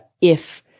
if-